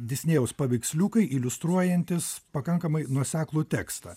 disnėjaus paveiksliukai iliustruojantys pakankamai nuoseklų tekstą